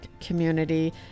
community